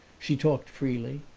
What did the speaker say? she talked freely,